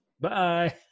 Bye